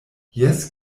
jes